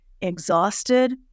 exhausted